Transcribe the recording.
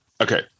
Okay